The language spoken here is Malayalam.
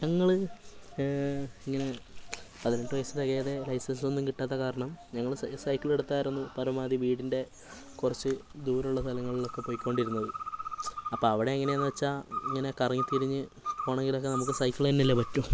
ഞങ്ങൾ ഇങ്ങനെ പതിനെട്ട് വയസ്സു കഴിയാതെ ലൈസൻസ് ഒന്നും കിട്ടാത്ത കാരണം ഞങ്ങൾ സൈക്കിൾ എടുത്തായിരുന്നു പരമാവധി വീടിൻ്റെ കുറച്ചു ദൂരം ഉള്ള സ്ഥലങ്ങളിലൊക്കെ പോയിക്കൊണ്ടിരുന്നത് അപ്പം അവിടെ എങ്ങനെയാണെന്ന് വച്ചാൽ ഇങ്ങനെ കറങ്ങിത്തിരിഞ്ഞ് പോകണമെങ്കിലൊക്കെ നമുക്ക് സൈക്കിൾ തന്നെയല്ലേ പറ്റൂ